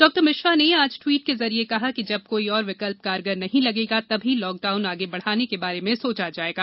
डॉ मिश्रा ने आज ट्वीट के जरिये कहा है जब कोई और विकल्प कारगर नहीं लगेगा तभी लॉकडाउन आगे बढ़ाने के बारे में सोचा जाएगा